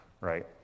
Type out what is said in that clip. right